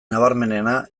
nabarmenena